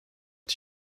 est